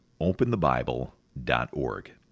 openthebible.org